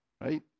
Right